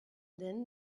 then